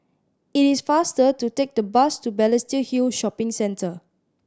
it is faster to take the bus to Balestier Hill Shopping Centre